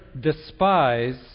despise